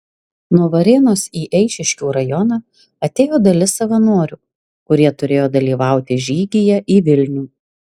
nuo varėnos į eišiškių rajoną atėjo dalis savanorių kurie turėjo dalyvauti žygyje į vilnių